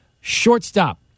shortstop